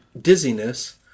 dizziness